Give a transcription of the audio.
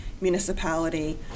municipality